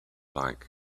like